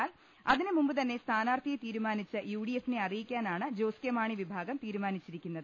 എന്നാൽ അതിനു മുമ്പ് തന്നെ സ്ഥാനാർത്ഥിയെ തീരുമാനിച്ച് യുഡിഎഫിനെ അറിയിക്കാനാണ് ജോസ് കെ മാണി വിഭാഗം തീരുമാനിച്ചിരിക്കുന്നത്